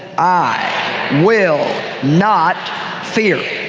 i will not fear.